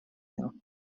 nhw